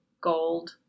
gold